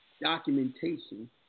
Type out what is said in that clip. documentation